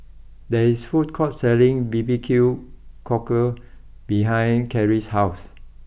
there is a food court selling B B Q cockle behind Kerry's house